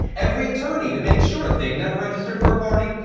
every attorney to make sure that they've never registered for a party.